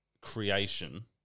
creation